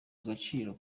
agaciro